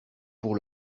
pour